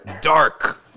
dark